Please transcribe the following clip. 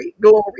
glory